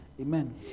Amen